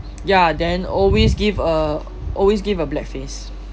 ya then always give a always give a black face